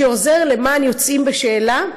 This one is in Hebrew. שעוזר למען יוצאים בשאלה,